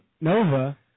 Nova